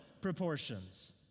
proportions